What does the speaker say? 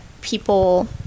people